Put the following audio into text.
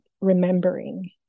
remembering